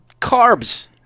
carbs